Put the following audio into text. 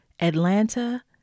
Atlanta